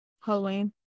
Halloween